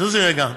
זוזי רגע,